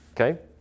Okay